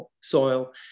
soil